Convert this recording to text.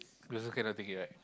you also cannot take it right